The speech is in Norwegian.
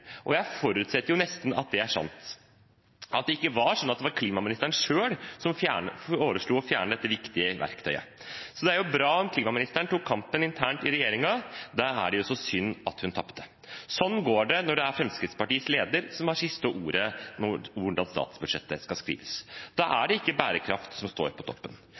Og jeg forutsetter nesten at det er sant, at det ikke var klimaministeren selv som foreslo å fjerne dette viktige verktøyet. Det er bra om klimaministeren tok kampen internt i regjeringen, og da er det jo så synd at hun tapte. Sånn går det når det er Fremskrittspartiets leder som har det siste ordet om hvordan statsbudsjettet skal skrives. Da er det ikke bærekraft som står på toppen.